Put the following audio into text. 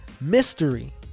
mystery